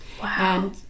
Wow